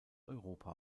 europa